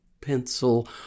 pencil